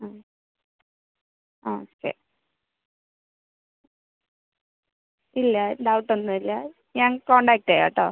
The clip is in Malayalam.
മ് ആ ഓക്കെ ഇല്ല ഡൗട്ട് ഒന്നും ഇല്ല ഞാൻ കോൺടാക്ട് ചെയ്യാം കേട്ടോ